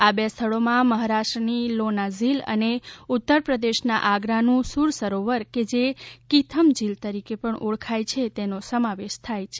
આ બે સ્થળીમાં મહારાષ્ટ્રની લોના ઝીલ અને ઉત્તર પ્રદેશના આગ્રાનું સુર સરોવર કે જે કીથમ ઝીલ તરીકે પણ ઓળખાય છે તેનો સમાવેશ થાય છે